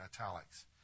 italics